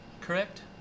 correct